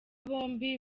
bombi